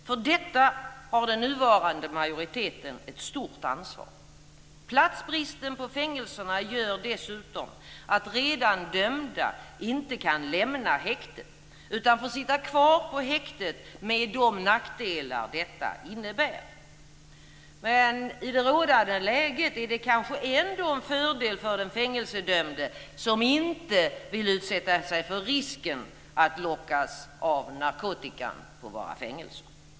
För detta har den nuvarande majoriteten ett stort ansvar. Platsbristen på fängelserna gör dessutom att redan dömda inte kan lämna häktet utan får sitta kvar på häktet med de nackdelar som detta innebär. I det rådande läget är det kanske ändå en fördel för den fängelsedömde som inte vill utsätta sig för risken att lockas av narkotikan på våra fängelser.